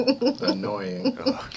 Annoying